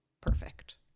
perfect